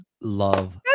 love